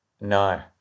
No